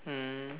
mm